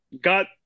got –